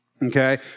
Okay